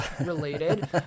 related